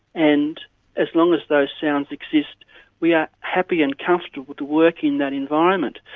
and as long as those sounds exist we are happy and comfortable to work in that environment.